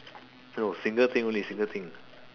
no single thing only single thing